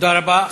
תודה רבה.